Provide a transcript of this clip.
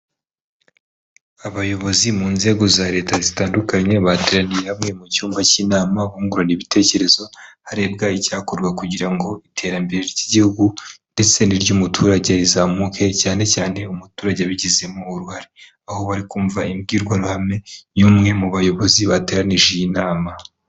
Abayobozi mu nzego za Leta zitandukanye, bateraniye hamwe mu cyumba cy'inama, bungurana ibitekerezo harebwa icyakorwa kugira ngo iterambere ry'igihugu ndetse n'iry'umuturage rizamuke, cyane cyane umuturage abigizemo uruhare, aho bari kumva imbwirwaruhame y'umwe mu bayobozi bateranije iyi nama.